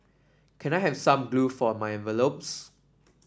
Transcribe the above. can I have some glue for my envelopes